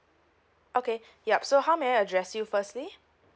okay yup so how may I address you firstly